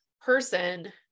person